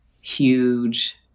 huge